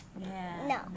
no